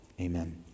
amen